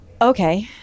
okay